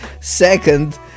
Second